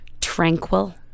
tranquil